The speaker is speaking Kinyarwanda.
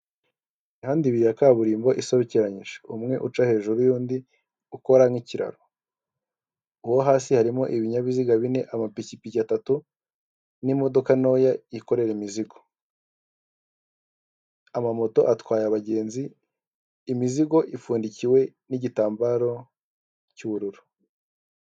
Imihanda ibiri ya kaburimbo isobekeranyije, umwe uca hejuru y'undi ukora nk'ikiraro, hasi harimo ibinyabiziga bine amapikipiki atatu n'imodoka ntoya yikorera imizigo amamoto atwaye abagenzi, imizigo ipfundikiwe n'igitambaro cy'ubururu.